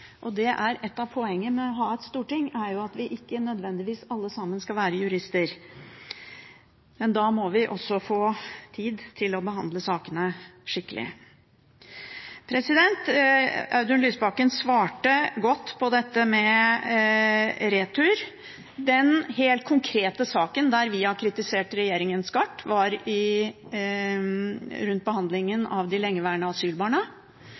og et av poengene med å ha et storting er jo at vi ikke nødvendigvis skal være jurister alle sammen. Men vi må få tid til å behandle sakene skikkelig. Audun Lysbakken svarte godt på dette med retur. Den helt konkrete saken der vi har kritisert regjeringen skarpt, gjaldt behandlingen av de lengeværende asylbarna.